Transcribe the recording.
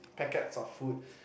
packets of food